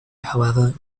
however